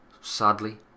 sadly